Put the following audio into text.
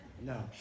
No